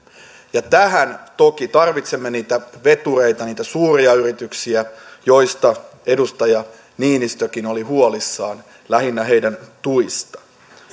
ja tähän toki tarvitsemme niitä vetureita niitä suuria yrityksiä joista edustaja niinistökin oli huolissaan lähinnä heidän tuistaan